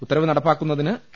ഉത്തരവ് നടപ്പാക്കുന്നതിന് കെ